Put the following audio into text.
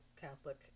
Catholic